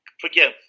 forgive